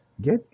get